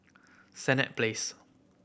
Senett Place